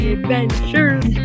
Adventures